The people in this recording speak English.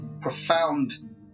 profound